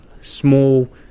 small